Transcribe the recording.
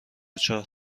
چهار